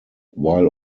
while